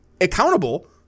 accountable